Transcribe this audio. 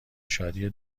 شادی